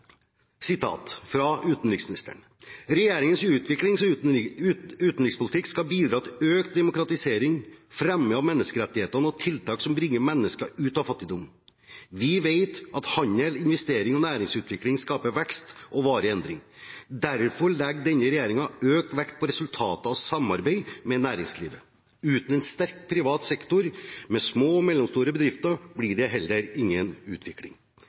utenriksministeren: «Regjeringens utviklings- og utenrikspolitikk skal bidra til økt demokratisering, fremme av menneskerettighetene og tiltak som bringer mennesker ut av fattigdom. Vi vet at handel, investering og næringsutvikling samarbeid med næringslivet. Uten en sterk privat sektor med små og mellomstore bedrifter blir det ingen utvikling.»